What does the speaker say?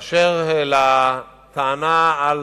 באשר לטענה על